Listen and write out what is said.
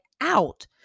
out